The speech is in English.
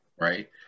right